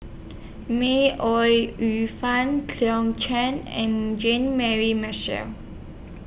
May Ooi Yu Fen Cleo Chang and Jean Mary Marshall